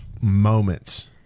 moments